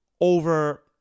over